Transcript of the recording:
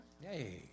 Hey